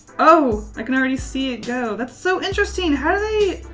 oh! i can already see it go. that's so interesting! how do they.